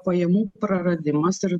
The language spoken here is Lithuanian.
pajamų praradimas ir